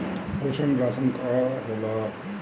पोषण राशन का होला?